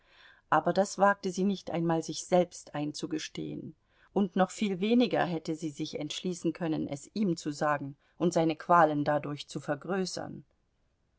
aber das wagte sie nicht einmal sich selbst einzugestehen und noch viel weniger hätte sie sich entschließen können es ihm zu sagen und seine qualen dadurch zu vergrößern